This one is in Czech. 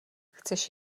chceš